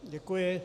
Děkuji.